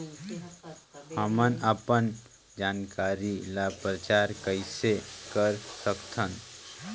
हमन अपन जानकारी ल प्रचार कइसे कर सकथन?